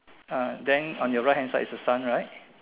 uh then on your right hand side is the sun right